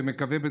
ומקווה,